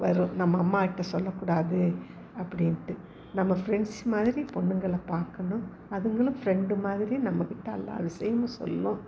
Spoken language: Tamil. வரும் நம்ம அம்மாக்கிட்ட சொல்லக்கூடாது அப்படின்ட்டு நம்ம ஃப்ரெண்ட்ஸ் மாதிரி பொண்ணுங்களை பார்க்கணும் அதுங்களும் ஃப்ரெண்டு மாதிரி நம்மக்கிட்ட எல்லாம் விஷயமும் சொல்லும்